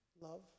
Love